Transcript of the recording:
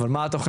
אבל מה התכנית,